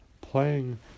playing